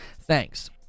Thanks